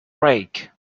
rake